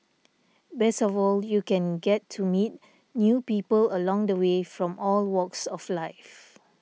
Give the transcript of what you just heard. best of all you can get to meet new people along the way from all walks of life